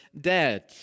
dead